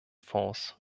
fonds